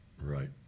Right